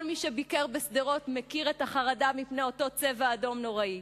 כל מי שביקר בשדרות מכיר את החרדה מפני אותו "צבע אדום" נוראי.